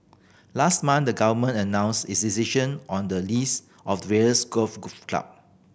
last month the Government announced its decision on the lease of various golf club